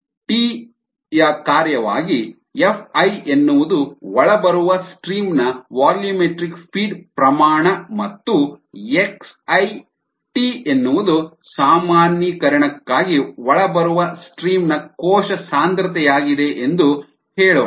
T ಯ ಕಾರ್ಯವಾಗಿ Fi ಎನ್ನುವುದು ಒಳಬರುವ ಸ್ಟ್ರೀಮ್ ನ ವಾಲ್ಯೂಮೆಟ್ರಿಕ್ ಫೀಡ್ ಪ್ರಮಾಣ ಮತ್ತು xi ಎನ್ನುವುದು ಸಾಮಾನ್ಯೀಕರಣಕ್ಕಾಗಿ ಒಳಬರುವ ಸ್ಟ್ರೀಮ್ ನ ಕೋಶ ಸಾಂದ್ರತೆಯಾಗಿದೆ ಎಂದು ಹೇಳೋಣ